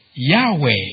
Yahweh